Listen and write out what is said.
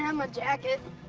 and my jacket!